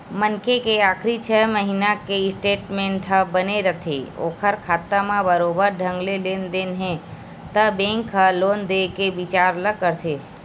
मनखे के आखरी छै महिना के स्टेटमेंट ह बने रथे ओखर खाता म बरोबर ढंग ले लेन देन हे त बेंक ह लोन देय के बिचार ल करथे